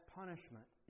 punishment